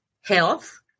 health